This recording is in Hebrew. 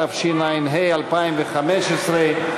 התשע"ה 2015,